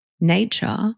nature